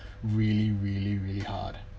really really really hard